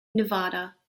nevada